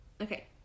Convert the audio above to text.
Okay